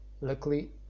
Luckily